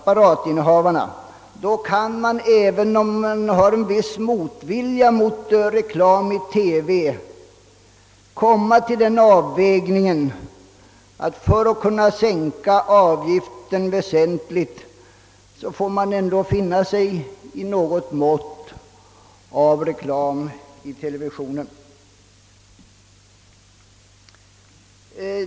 Blir belastningen alltför stor på licensbetalarna kan man, även om man har en viss motvilja mot reklam i TV, komma till den avvägningen att vi för att kunna sänka avgiften väsentligt ändå får finna oss i något mått av reklam i televisionen.